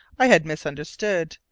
i had misunderstood!